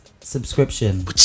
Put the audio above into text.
Subscription